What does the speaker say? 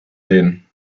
sehen